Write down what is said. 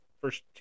first